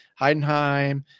Heidenheim